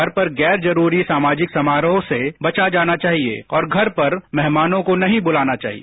घर पर गैर जरूरी सामाजिक समारोह से बचा जाना चाहिए और घर पर मेहमानों को नहीं बुलाना चाहिए